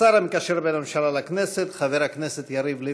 השר המקשר בין הממשלה לכנסת חבר הכנסת יריב לוין.